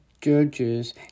judges